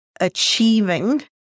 achieving